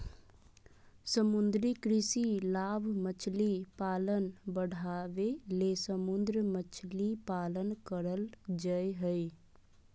समुद्री कृषि लाभ मछली पालन बढ़ाबे ले समुद्र मछली पालन करल जय हइ